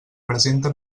presente